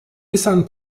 nissan